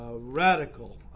radical